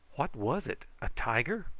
what was it a tiger?